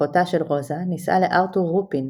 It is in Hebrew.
אחותה של רוזה נישאה לארתור רופין,